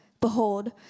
behold